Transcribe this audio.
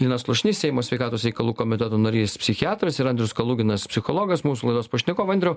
linas slušnys seimo sveikatos reikalų komiteto narys psichiatras ir andrius koluginas psichologas mūsų laidos pašnekovai andriau